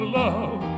love